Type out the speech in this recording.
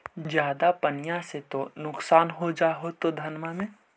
ज्यादा पनिया से तो नुक्सान हो जा होतो धनमा में?